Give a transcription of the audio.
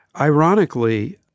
Ironically